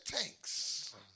tanks